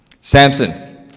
Samson